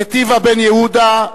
נתיבה בן-יהודה,